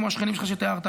כמו השכנים שלך שתיארת,